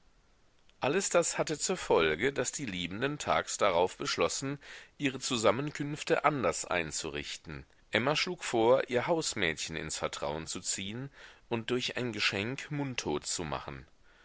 alles das hatte zur folge daß die liebenden tags darauf beschlossen ihre zusammenkünfte anders einzurichten emma schlug vor ihr hausmädchen ins vertrauen zu ziehen und durch ein geschenk mundtot zu machen